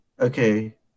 okay